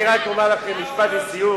אני רק אומר לכם משפט לסיום,